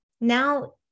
Now